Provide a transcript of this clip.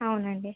అవునండి